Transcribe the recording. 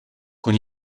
con